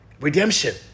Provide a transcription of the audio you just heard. redemption